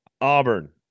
Auburn